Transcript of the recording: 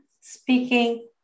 speaking